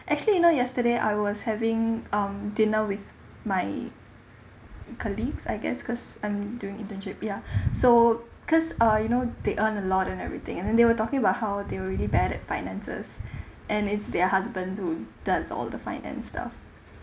actually you know yesterday I was having um dinner with my colleagues I guess because I'm doing internship ya so because uh you know they earn a lot and everything and then they were talking about how they will really bad at finances and it's their husband to done all the finance stuff